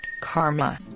karma